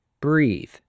breathe